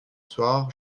soir